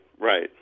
Right